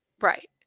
Right